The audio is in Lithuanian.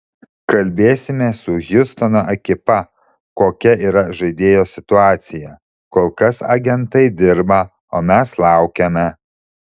kalbėsime su hjustono ekipa kokia yra žaidėjo situacija kol kas agentai dirba o mes laukiame